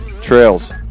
trails